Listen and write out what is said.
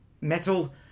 metal